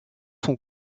sont